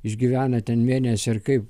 išgyvena ten mėnesį ar kaip